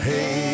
Hey